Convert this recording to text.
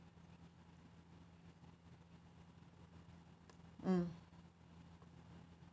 mm